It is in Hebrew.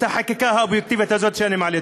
החקיקה האובייקטיבית הזאת שאני מעלה.